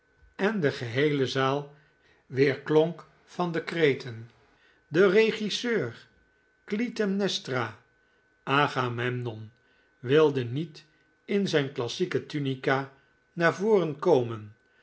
en de geheele zaal weerklonk van de kreten de regisseur clytemnestra agamemnon wilde niet in zijn klassieke tunica naar voren komen